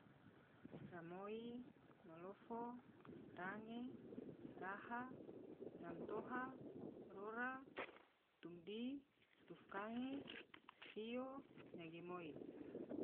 Ramoi, malofo, range, raha, ramtoha, rora, tumdi, tufkange, sio, nyagi moi.